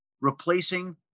replacing